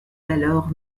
alors